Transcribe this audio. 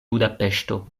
budapeŝto